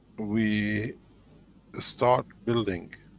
we ah start building,